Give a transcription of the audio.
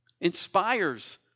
inspires